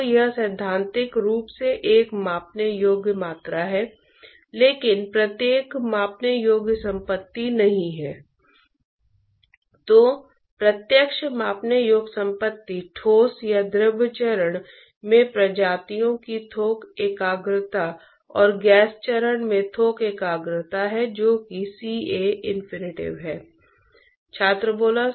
जहां आपके पास एक तरल पदार्थ है जो एक पाइप के माध्यम से जा रहा है और एक और तरल पदार्थ है जो पाइप से बह रहा है पाइप का बाहरी भाग